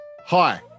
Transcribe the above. Hi